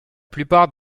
plupart